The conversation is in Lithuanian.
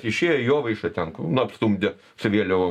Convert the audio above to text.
išėjo jovaiša ten nu apstumdė su vėliavom